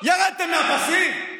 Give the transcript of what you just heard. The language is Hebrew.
לא, ירדתם מהפסים.